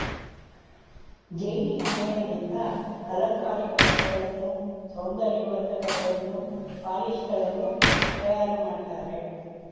ಜೇನಿನ ಮೇಣದಿಂದ ಅಲಂಕಾರಿಕ ವಸ್ತುಗಳನ್ನು, ಸೌಂದರ್ಯ ವರ್ಧಕಗಳನ್ನು, ಪಾಲಿಶ್ ಗಳನ್ನು ತಯಾರು ಮಾಡ್ತರೆ